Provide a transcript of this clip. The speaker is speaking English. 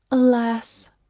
alas!